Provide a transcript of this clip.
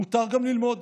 מותר גם ללמוד.